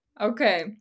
Okay